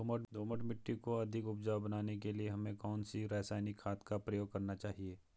दोमट मिट्टी को अधिक उपजाऊ बनाने के लिए हमें कौन सी रासायनिक खाद का प्रयोग करना चाहिए?